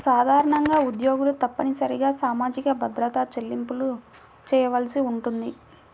సాధారణంగా ఉద్యోగులు తప్పనిసరిగా సామాజిక భద్రత చెల్లింపులు చేయవలసి ఉంటుంది